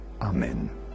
Amen